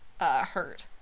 Hurt